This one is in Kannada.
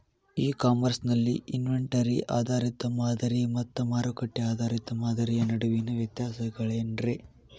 ಇ ಕಾಮರ್ಸ್ ನಲ್ಲಿ ಇನ್ವೆಂಟರಿ ಆಧಾರಿತ ಮಾದರಿ ಮತ್ತ ಮಾರುಕಟ್ಟೆ ಆಧಾರಿತ ಮಾದರಿಯ ನಡುವಿನ ವ್ಯತ್ಯಾಸಗಳೇನ ರೇ?